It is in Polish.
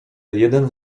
jeden